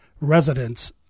residents